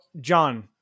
John